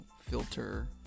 filter